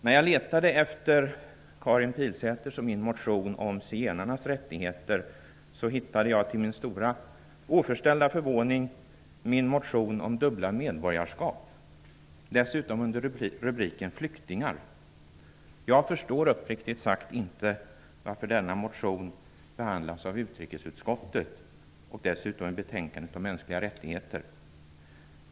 När jag letade efter Karin Pilsäters och min motion om zigenarnas rättigheter hittade jag till min oförställda förvåning min motion om dubbla medborgarskap, dessutom under rubriken flyktingar. Jag förstår uppriktigt sagt inte varför denna motion behandlas av utrikesutskottet och dessutom i betänkandet om mänskliga rättigheter.